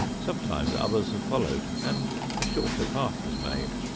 sometimes others have followed and a shorter path was made.